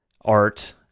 Art